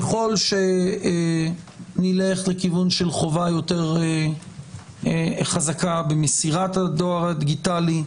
ככל שנלך לכיוון של חובה יותר חזקה במסירת הדואר הדיגיטלי,